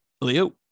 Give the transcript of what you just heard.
Leo